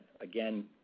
Again